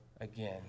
again